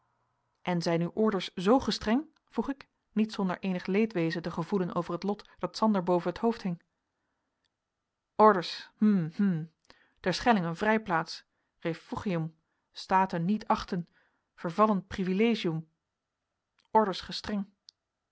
en zijn uw orders zoo gestreng vroeg ik niet zonder eenig leedwezen te gevoelen over het lot dat sander boven t hoofd hing orders hm hm terschelling een vrijplaats refugium staten niet achten vervallen privilegium orders gestreng